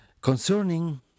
concerning